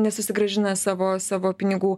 nesusigrąžina savo savo pinigų